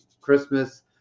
christmas